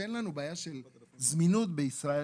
שאין לנו בעיה של זמינות בישראל,